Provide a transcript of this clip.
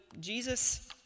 Jesus